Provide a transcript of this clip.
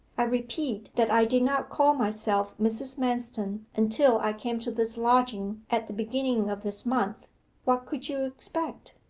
i repeat that i did not call myself mrs. manston until i came to this lodging at the beginning of this month what could you expect?